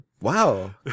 wow